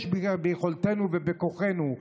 יש ביכולתנו ובכוחנו,